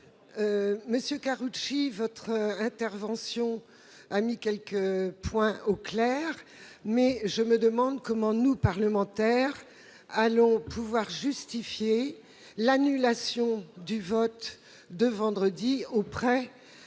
Monsieur Karoutchi, votre intervention a clarifié quelques points, mais je me demande comment nous, parlementaires, allons pouvoir justifier l'annulation du vote de vendredi auprès